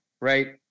right